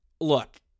look